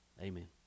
Amen